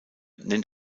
nennt